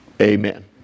amen